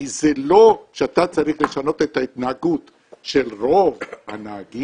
כי זה לא שאתה צריך לשנות את ההתנהגות של רוב הנהגים,